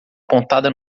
pontada